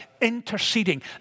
interceding